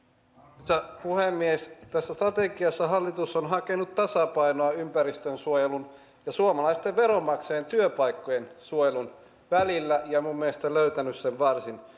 arvoisa puhemies tässä strategiassa hallitus on hakenut tasapainoa ympäristönsuojelun ja suomalaisten veronmaksajien työpaikkojen suojelun välillä ja minun mielestäni löytänyt sen varsin